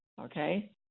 Okay